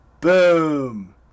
boom